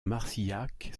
marcillac